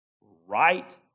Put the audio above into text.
right